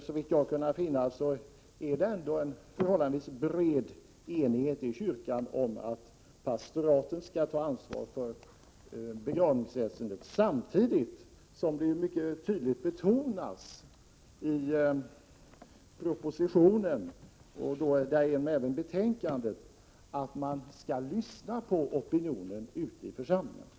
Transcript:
Såvitt jag har kunnat finna råder en förhållandevis bred enighet i kyrkan om att pastoraten skall ta ansvar för begravningsväsendet, samtidigt som det mycket tydligt betonas i propositionen, och därmed även i betänkandet, att man skall lyssna på opinionen ute i församlingarna.